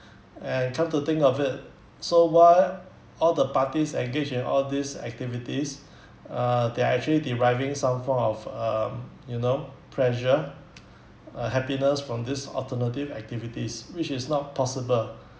and come to think of it so why all the parties engage in all these activities uh they are actually deriving some form of um you know pressure uh happiness from this alternative activities which is not possible